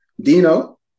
Dino